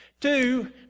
Two